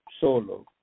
solo